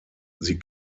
sie